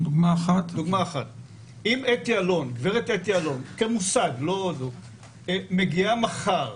אם גברת אתי אלון כמושג מגיעה מחר